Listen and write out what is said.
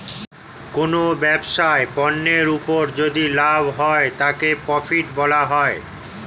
কোনো ব্যবসায় পণ্যের উপর যদি লাভ হয় তাকে প্রফিট বলা হয়